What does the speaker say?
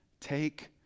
Take